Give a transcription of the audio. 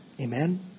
Amen